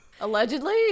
Allegedly